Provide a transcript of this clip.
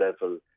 level